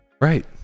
Right